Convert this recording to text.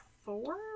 four